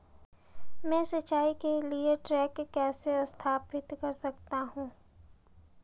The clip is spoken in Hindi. मैं सिंचाई के लिए एक टैंक कैसे स्थापित कर सकता हूँ?